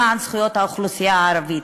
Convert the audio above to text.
למען זכויות האוכלוסייה הערבית,